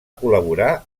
col·laborar